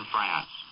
France